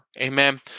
Amen